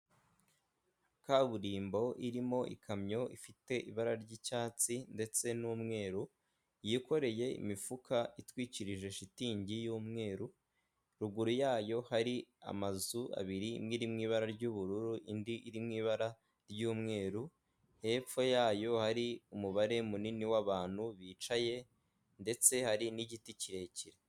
Kaburimbo irimo ikamyo ifite ibara ry'icyatsi ndetse n'umweru yikoreye imifuka itwikirije shitingi y'umweru, ruguru yayo hari amazu abiri imwe iri mu ibara ry'ubururu indi iri mu'ibara ry'umweru hepfo yayo hari umubare munini w'abantu bicaye ndetse hari n'igiti kirekire.